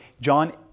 john